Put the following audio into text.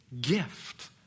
gift